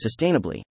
sustainably